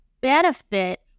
benefit